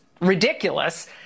ridiculous